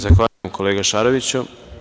Zahvaljujem, kolega Šaroviću.